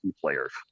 players